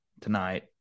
tonight